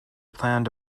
planned